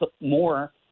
more